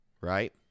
right